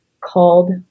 called